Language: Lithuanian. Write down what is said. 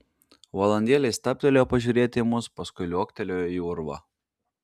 valandėlę jis stabtelėjo pažiūrėti į mus paskui liuoktelėjo į urvą